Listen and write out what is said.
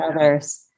others